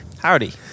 Howdy